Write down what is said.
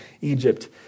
Egypt